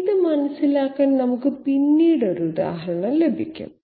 ഇത് മനസിലാക്കാൻ നമുക്ക് പിന്നീട് ഒരു ഉദാഹരണം ലഭിക്കും